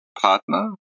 partner